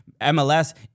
MLS